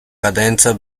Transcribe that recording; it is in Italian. cadenza